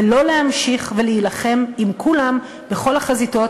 ולא להמשיך ולהילחם עם כולם בכל החזיתות